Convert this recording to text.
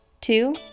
Two